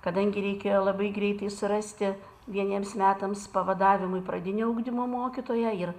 kadangi reikėjo labai greitai surasti vieniems metams pavadavimui pradinio ugdymo mokytoją ir